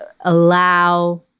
allow